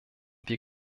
wir